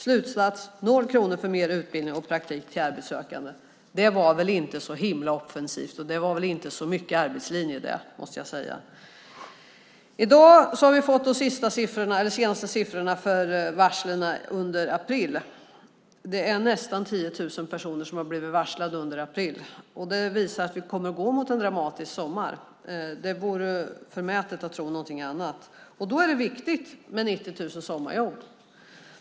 Slutsatsen är: Noll kronor för mer utbildning och praktik till arbetssökande. Det var väl inte så himla offensivt, och det var väl inte så mycket arbetslinje? I dag har vi fått de senaste siffrorna för varslen under april. Det är nästan 10 000 personer som har blivit varslade under april. Det visar att vi kommer att gå mot en dramatisk sommar. Det vore förmätet att tro någonting annat. Då är det viktigt med 90 000 sommarjobb.